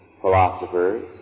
philosophers